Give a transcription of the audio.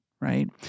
right